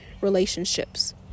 relationships